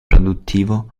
produttivo